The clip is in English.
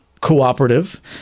cooperative